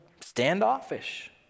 standoffish